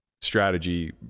strategy